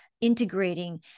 integrating